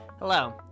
Hello